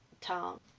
town